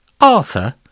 Arthur